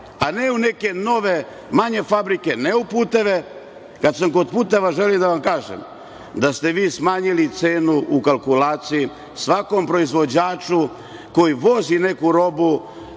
a ne u neke nove, manje fabrike i ne u puteve. Kad sam kod puteva, želim da vam kažem da ste vi smanjili cenu u kalkulaciji svakom proizvođaču koji vozi neku robu